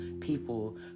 people